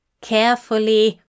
Carefully